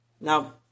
Now